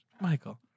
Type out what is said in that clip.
Michael